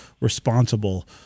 responsible